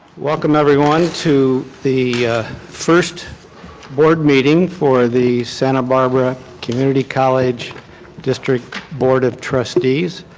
welcome everyone to the first board meeting for the santa barbara community college district board of trustees.